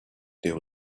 there